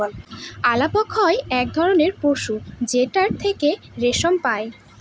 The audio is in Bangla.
আলাপক হয় এক ধরনের পশু যেটার থেকে রেশম পাই